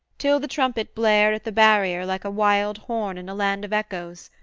till the trumpet blared at the barrier like a wild horn in a land of echoes,